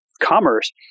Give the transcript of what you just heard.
commerce